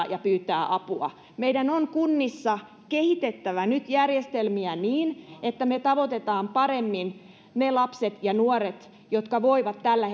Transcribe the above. ja pyytää apua meidän on kunnissa nyt kehitettävä järjestelmiä niin että me tavoitamme paremmin ne lapset ja nuoret jotka tällä